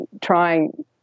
trying